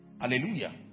Hallelujah